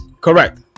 Correct